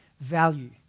value